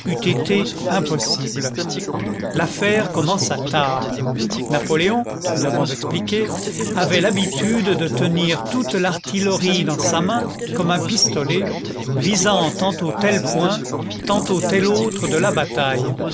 impossible l'affaire commença tard napoléon nous l'avons expliqué avait l'habitude de tenir toute l'artillerie dans sa main comme un pistolet visant tantôt tel point tantôt tel autre de la bataille